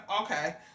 okay